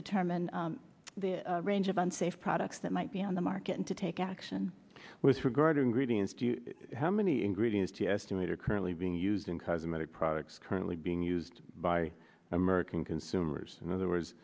determine the range of unsafe products that might be on the market and to take action with regarding reading and how many ingredients to estimate are currently being used in cosmetic products currently being used by american consumers in other words